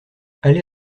allez